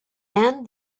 and